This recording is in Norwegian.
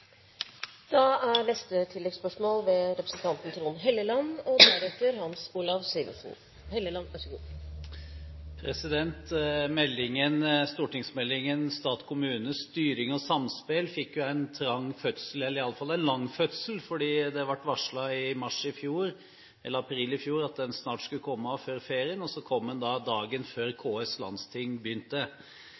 Trond Helleland – til oppfølgingsspørsmål. Stortingsmeldingen Stat og kommune – styring og samspel fikk en trang fødsel – eller iallfall en lang fødsel. Det ble varslet i april i fjor at den skulle komme snart, før ferien. Så kom den dagen før KS' landsting begynte.